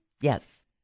Yes